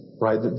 Right